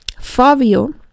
Fabio